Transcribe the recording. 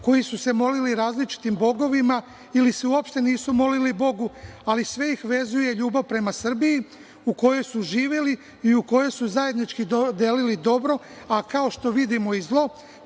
koji su se molili različitim bogovima ili se uopšte nisu molili bogu, ali sve ih vezuje ljubav prema Srbiji, u kojoj su živeli i u kojoj su zajednički delili dobro, a kao što vidimo, i zlo,